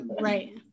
right